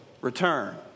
return